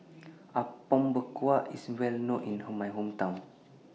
Apom Berkuah IS Well known in My Hometown